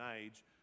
age